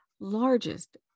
largest